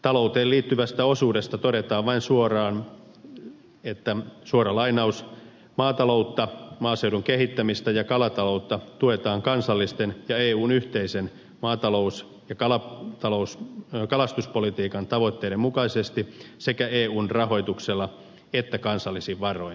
talouteen liittyvästä osuudesta todetaan vain suoraan että maataloutta maaseudun kehittämistä ja kalataloutta tuetaan kansallisten ja eun yhteisten maatalous ja kalastuspolitiikan tavoitteiden mukaisesti sekä eun rahoituksella että kansallisin varoin